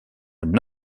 une